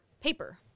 paper